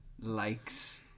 likes